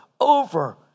over